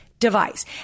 device